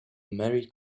merry